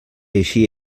així